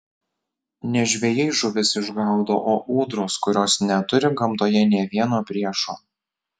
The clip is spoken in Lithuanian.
ne žvejai žuvis išgaudo o ūdros kurios neturi gamtoje nė vieno priešo